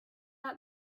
out